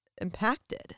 impacted